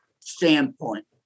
standpoint